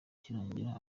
kirangira